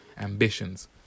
ambitions